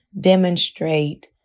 demonstrate